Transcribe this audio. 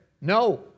No